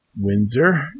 Windsor